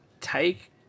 take